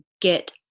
get